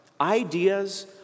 ideas